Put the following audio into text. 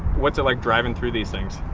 what's it like driving through these things?